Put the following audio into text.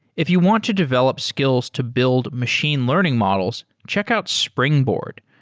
if you want to develop skills to build machine learning models, check out springboard.